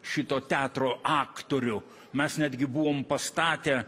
šito teatro aktorių mes netgi buvom pastatę